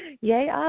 Yay